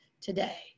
today